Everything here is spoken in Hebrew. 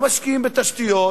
לא משקיעים בתשתיות,